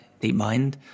DeepMind